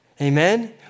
Amen